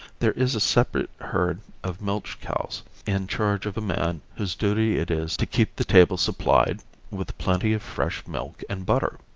there is a separate herd of milch cows in charge of a man whose duty it is to keep the table supplied with plenty of fresh milk and butter.